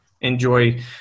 enjoy